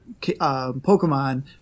Pokemon